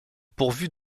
pourvues